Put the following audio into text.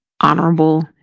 honorable